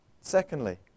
Secondly